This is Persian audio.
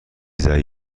ضعیف